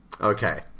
Okay